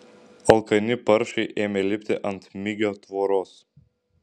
alkani paršai ėmė lipti ant migio tvoros